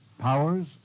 powers